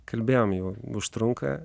kalbėjom jau užtrunka